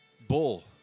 Bull